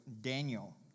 Daniel